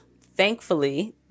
thankfully